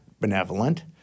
benevolent